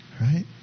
right